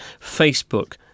facebook